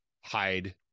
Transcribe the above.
hide